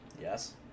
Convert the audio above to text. Yes